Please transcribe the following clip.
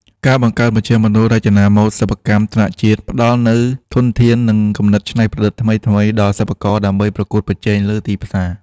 ការបង្កើតមជ្ឈមណ្ឌលរចនាម៉ូដសិប្បកម្មថ្នាក់ជាតិ ផ្ដល់នូវធនធាន និងគំនិតច្នៃប្រឌិតថ្មីៗដល់សិប្បករដើម្បីប្រកួតប្រជែងលើទីផ្សារ។